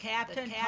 Captain